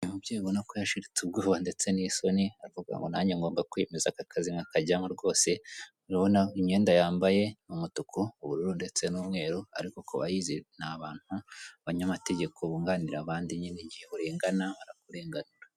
Uyu umubyeyi ubona ko yashiritse ubwoba ndetse n'isoni, avuga ngo nanjye ngomba kwemeza aka kazi nkakajyamo rwose urabona imyenda yambaye, n'umutuku, ubururu ndetse n'umweru ariko kubayizi ni abantu banyamategeko bunganira abandi nyine igihehe urengana barakurenganu.